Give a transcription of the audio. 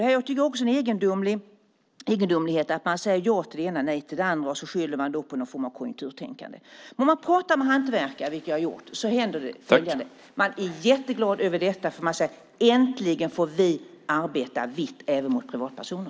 Det är en egendomlighet att man säger ja till det ena och nej till det andra och skyller på någon form av konjunkturtänkande. Om man pratar med hantverkare, vilket jag har gjort, får man veta att de är jätteglada över detta. De säger: Äntligen får vi arbeta vitt även mot privatpersoner!